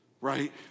right